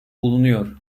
bulunuyor